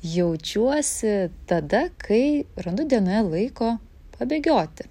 jaučiuosi tada kai randu dienoje laiko pabėgioti